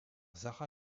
zara